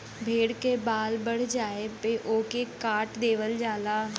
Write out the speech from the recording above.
भेड़ के बाल बढ़ जाये पे ओके काट देवल जाला